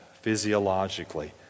physiologically